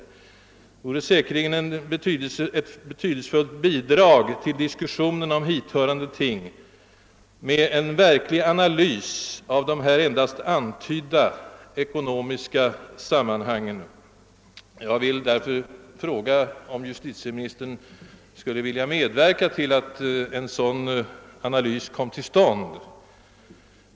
Det vore säkerligen ett betydelsefullt bidrag till diskussionen om hithörande ting med en verklig analys av här endast antydda ekonomiska sammanhang. Därför vill jag fråga, om justitieministern skulle vilja medverka till att en sådan analys kommer till stånd.